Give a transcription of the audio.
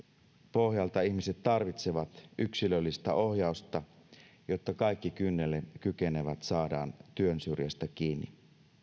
pohjalta ihmiset tarvitsevat yksilöllistä ohjausta jotta kaikki kynnelle kykenevät saadaan työnsyrjästä kiinni